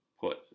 put